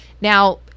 Now